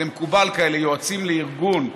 זה מקובל, כאלה, יועצים לארגון עושים.